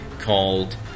called